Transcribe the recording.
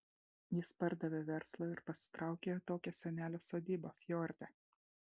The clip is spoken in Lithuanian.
jis pardavė verslą ir pasitraukė į atokią senelio sodybą fjorde